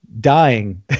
dying